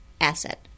asset